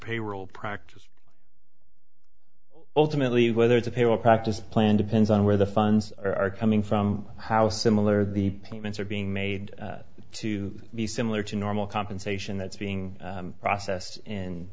payroll practice ultimately whether it's a pay or practiced plan depends on where the funds are coming from how similar the payments are being made to be similar to normal compensation that's being processed and